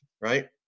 right